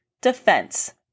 defense